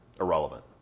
irrelevant